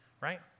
right